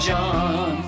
John